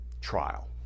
trial